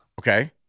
Okay